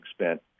spent